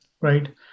right